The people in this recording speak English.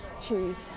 choose